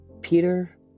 Peter